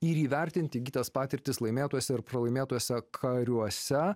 ir įvertinti įgytas patirtis laimėtuose ar pralaimėtuose kariuose